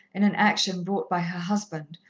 in an action brought by her husband,